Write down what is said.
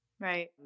Right